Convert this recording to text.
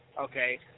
Okay